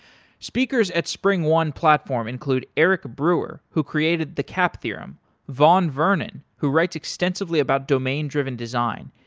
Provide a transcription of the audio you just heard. speakers at springone platform include eric brewer, who created the cap theorem vaughn vernon, who writes extensively about domain-driven design,